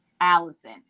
Allison